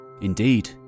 Indeed